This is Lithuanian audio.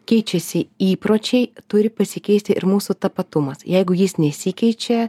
keičiasi įpročiai turi pasikeisti ir mūsų tapatumas jeigu jis nesikeičia